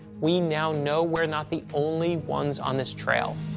we now know we're not the only ones on this trail.